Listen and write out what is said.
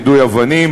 יידוי אבנים